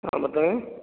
नाम बताएँ